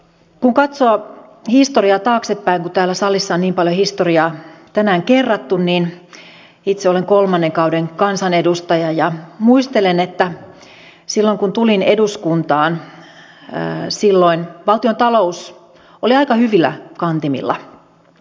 kun katsoo historiaa taaksepäin kun täällä salissa on niin paljon historiaa tänään kerrattu niin itse olen kolmannen kauden kansanedustaja ja muistelen että silloin kun tulin eduskuntaan valtiontalous oli aika hyvillä kantimilla